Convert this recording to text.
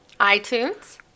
iTunes